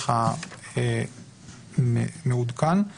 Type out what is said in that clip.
יש לנו כרגע ארבע מערכות של תקנות שאנחנו צריכים לאשר.